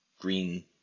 green